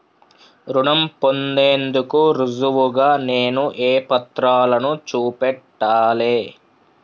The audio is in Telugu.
రుణం పొందేందుకు రుజువుగా నేను ఏ పత్రాలను చూపెట్టాలె?